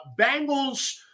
Bengals